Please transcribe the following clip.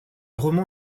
roman